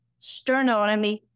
sternotomy